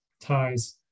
ties